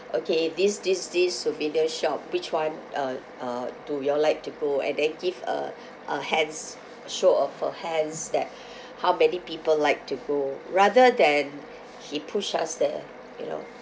okay this this this souvenir shop which [one] uh uh do you all like to go and then give a a hands show of a hands that how many people like to go rather than he push us there you know